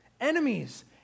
enemies